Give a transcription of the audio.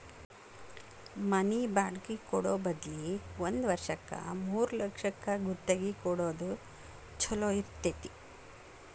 ಮನಿ ಬಾಡ್ಗಿ ಕೊಡೊ ಬದ್ಲಿ ಒಂದ್ ವರ್ಷಕ್ಕ ಮೂರ್ಲಕ್ಷಕ್ಕ ಗುತ್ತಿಗಿ ಕೊಡೊದ್ ಛೊಲೊ ಇರ್ತೆತಿ